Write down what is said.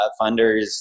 funders